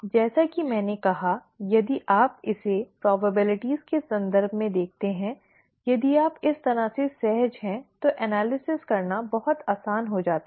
जैसा कि मैंने कहा यदि आप इसे संभावनाओं के संदर्भ में देखते हैं यदि आप इस तरह से सहज हैं तो विश्लेषण करना बहुत आसान हो जाता है